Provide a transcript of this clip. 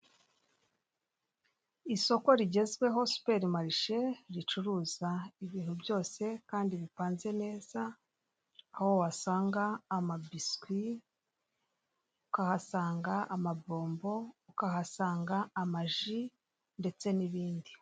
Isoko rigezweho superi marishe ricuruza ibintu byose kandi bipanze neza aho wasanga amabiswi ukahasanga amabombo ukahasanga amaji ndetse n'ibindi.